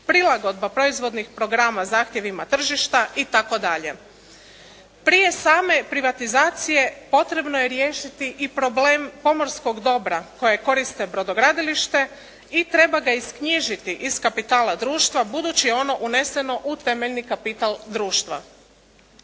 prilagodba proizvodnih programa zahtjevima tržišta itd. Prije same privatizacije potrebno je riješiti i problem pomorskog dobra koje koriste brodogradilište i treba ga isknjižiti iz kapitala društva budući je ono uneseno u temeljni kapital društva.